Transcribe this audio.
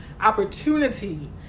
opportunity